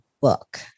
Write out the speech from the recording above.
book